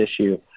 issue